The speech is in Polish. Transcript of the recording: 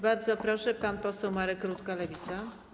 Bardzo proszę, pan poseł Marek Rutka, Lewica.